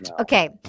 Okay